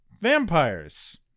vampires